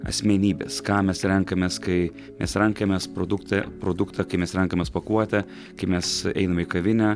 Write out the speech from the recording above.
asmenybės ką mes renkamės kai mes renkamės produktą produktą kai mes renkamės pakuotę kai mes einam į kavinę